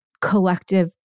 collective